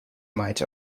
might